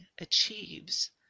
achieves